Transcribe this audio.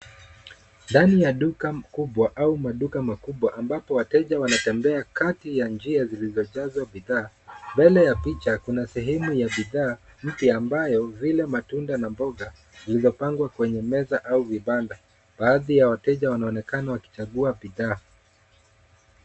Ndani ya duka kubwa au maduka makubwa ambapo wateja wanatembea kati ya njia zilizojazwa bidhaa. Mbele ya picha kuna sehemu ya bidhaa mpya ambayo vile matunda na mboga zilizopangwa kwenye meza au vibanda. Baadhi ya wateja wanaonekana wakichagua bidhaa.